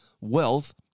wealth